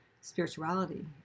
spirituality